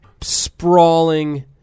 sprawling